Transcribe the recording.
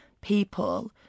people